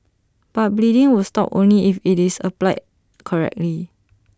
but bleeding will stop only if IT is applied correctly